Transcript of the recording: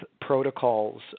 protocols